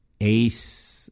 ace